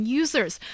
users